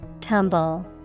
Tumble